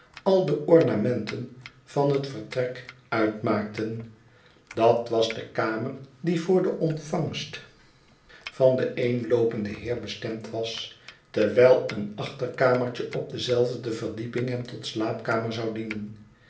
al de ornamenten van het vertrek uitmaakten dat was de kamer die voor de ontvangst van den eenloopenden heer bestemd was terwijl een achterkamertje op dezelfde verdieping hem tot slaapkamer zou dienen